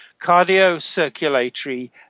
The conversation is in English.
cardiocirculatory